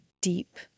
deep